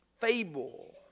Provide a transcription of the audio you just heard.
fable